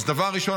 אז דבר ראשון,